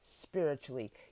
spiritually